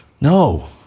No